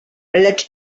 lecz